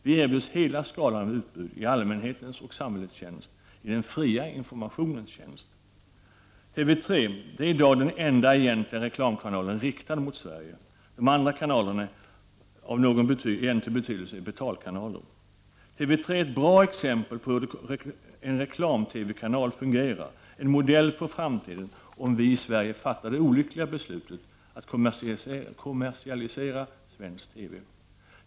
Vi erbjuds hela skalan av utbud i allmänhetens och samhällets tjänst, i den fria informationens tjänst. De andra kanalerna av någon egentlig betydelse är betalkanaler. TV 3 är ett bra exempel på hur en reklam-TV-kanal fungerar. Den är en modell för framtiden om vi i Sverige fattar det olyckliga beslutet att kommersialisera svensk TV.